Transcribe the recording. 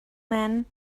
man